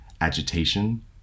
agitation